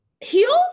heels